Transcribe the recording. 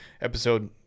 episode